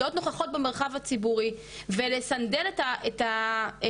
להיות נוכחות במרחב הציבורי ולסנדל את העניין